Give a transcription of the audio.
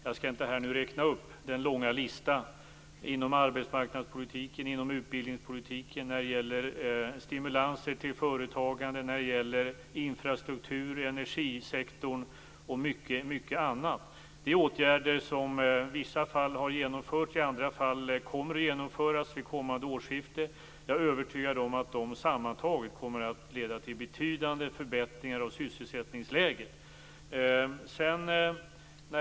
Jag skall inte här nu räkna upp den långa listan på åtgärder inom arbetsmarknadspolitiken, inom utbildningspolitiken och när det gäller stimulanser till företagande, infrastruktur, energisektorn och mycket annat. Åtgärderna har i vissa fall genomförts och kommer i andra fall att genomföras vid kommande årsskifte. Jag är övertygad om att dessa åtgärder sammantaget kommer att leda till betydande förbättringar av sysselsättningsläget.